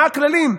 מה הכללים,